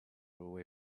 away